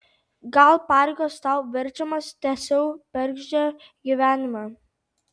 gal pareigos tau verčiamas tęsiau bergždžią gyvenimą